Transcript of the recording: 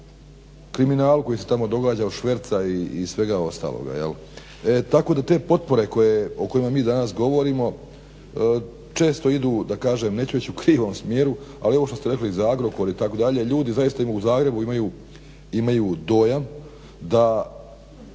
kriminalu koji se tamo događa od šverca i svega ostaloga jel'. Tako da te potpore o kojima mi danas govorimo često idu da kažem neću reći u krivom smjeru ali ovo što ste rekli za Agrokor ljudi zaista u Zagrebu imaju dojam da